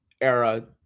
era